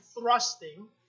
thrusting